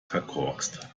verkorkst